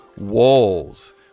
walls